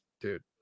Dude